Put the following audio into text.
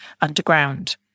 underground